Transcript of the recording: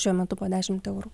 šiuo metu po dešimt eurų